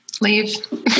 leave